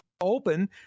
open